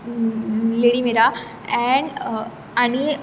lady मिला and आनी